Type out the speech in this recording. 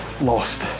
lost